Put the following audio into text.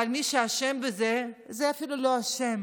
אבל מי שאשם בזה, זה אפילו לא אשם.